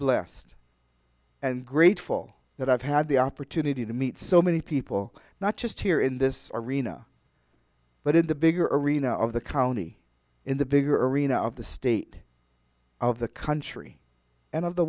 blessed and grateful that i've had the opportunity to meet so many people not just here in this arena but in the bigger arena of the county in the bigger arena of the state of the country and of the